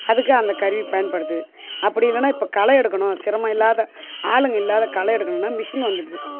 அதுக்கு அந்த கருவி பயன்படுது அப்படி இல்லைன்னா இப்போ களையெடுக்கணும் சிரமம் இல்லாத ஆளுங்கள் இல்லாத களையெடுக்கணுன்னா மிஷின் வந்துவிடுது